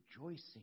rejoicing